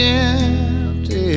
empty